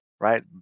right